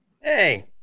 Hey